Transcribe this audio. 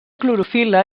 clorofil·la